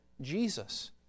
Jesus